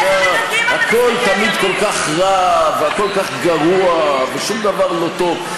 לצייר את התמונה שהכול תמיד כל כך רע וכל כך גרוע ושום דבר לא טוב.